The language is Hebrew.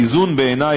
בעיני,